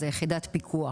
זו יחידת פיקוח.